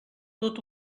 tot